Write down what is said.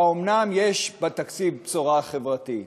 האומנם יש בתקציב בשורה חברתית?